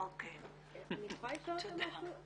אני יכולה לשאול אותה משהו?